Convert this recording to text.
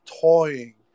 toying